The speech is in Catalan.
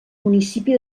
municipi